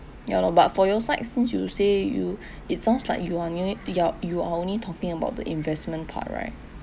ya lor but for your side since you say you it sounds like you are near you're you are only talking about the investment part right